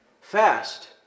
fast